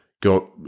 go